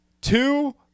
Two